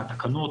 מהתקנות,